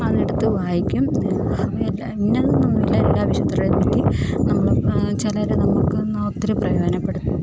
അതെടുത്തു വായിക്കും എല്ലാ ഇന്നതെന്നൊന്നുമില്ല എല്ലാ വിശുദ്ധരെയും പറ്റി നമ്മൾ ചിലരെ നമുക്കങ്ങ് ഒത്തിരി പ്രയോജനപ്പെട്